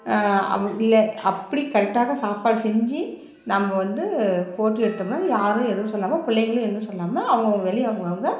இல்லை அப்படி கரெக்ட்டாக சாப்பாடு செஞ்சு நம்ம வந்து போற்றி எடுத்தோம்னால் யாரும் எதுவும் சொல்லாமல் பிள்ளைங்களும் எதுவும் சொல்லாமல் அவங்கவுங்க வேலையை அவுங்கவுங்க